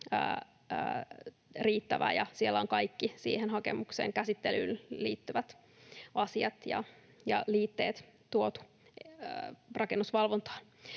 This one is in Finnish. riittävä ja siellä on kaikki siihen hakemuksen käsittelyyn liittyvät asiat ja liitteet tuotu rakennusvalvontaan.